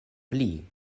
pli